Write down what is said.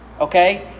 okay